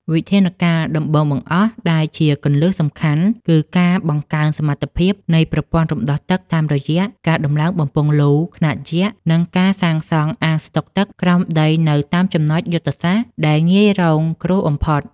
វិធានការដំបូងបង្អស់ដែលជាគន្លឹះសំខាន់ គឺការបង្កើនសមត្ថភាពនៃប្រព័ន្ធរំដោះទឹកតាមរយៈការដំឡើងបំពង់លូខ្នាតយក្ស និងការសាងសង់អាងស្តុកទឹកក្រោមដីនៅតាមចំណុចយុទ្ធសាស្ត្រដែលងាយរងគ្រោះបំផុត។